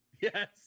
Yes